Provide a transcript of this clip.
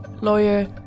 lawyer